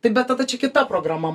tai bet tada čia kita programa